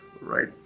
right